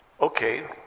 Okay